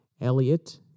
Elliot